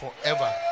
forever